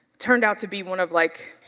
turned out to be one of like,